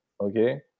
Okay